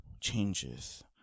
changes